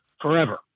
forever